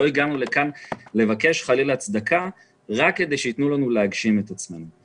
לא הגענו לכאן חלילה לבקש צדקה אלא רק כדי שייתנו לנו להגשים את עצמנו.